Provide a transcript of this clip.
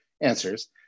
answers